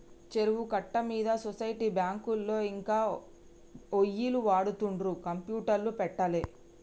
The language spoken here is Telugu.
చెరువు కట్ట మీద సొసైటీ బ్యాంకులో ఇంకా ఒయ్యిలు వాడుతుండ్రు కంప్యూటర్లు పెట్టలే